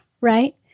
right